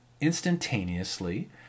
instantaneously